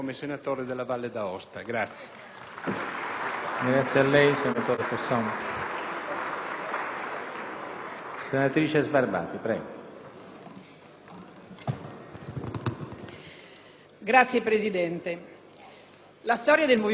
Signor Presidente, la storia del movimento repubblicano affonda le sue radici nelle autonomie locali, nel federalismo, ma soprattutto nell'unità del Paese.